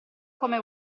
come